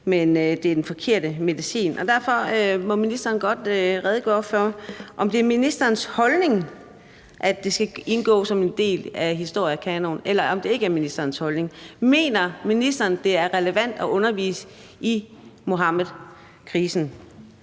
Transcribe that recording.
men det er den forkerte medicin. Derfor må ministeren godt redegøre for, om det er ministerens holdning, at det skal indgå som en del af historiekanonen, eller om det ikke er ministerens holdning. Mener ministeren, det er relevant at undervise i Muhammedkrisen?